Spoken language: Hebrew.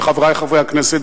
חברי חברי הכנסת,